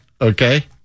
Okay